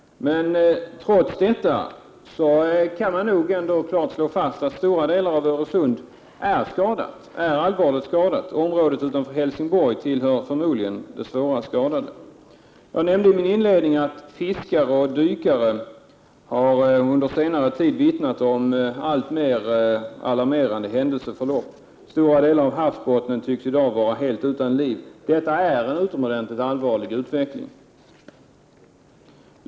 Trots det kan nog ändå slås fast att stora delar av Öresund är allvarligt skadade. Området utanför Helsingborg är förmodligen det svårast skadade. I mitt inledningsanförande nämnde jag att fiskare och dykare under senare tid har vittnat om alltmer alarmerande händelseförlopp. Stora delar av havsbotten tycks i dag vara helt utan liv, och det är en utomordentligt allvarlig utveckling.